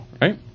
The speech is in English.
right